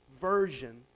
version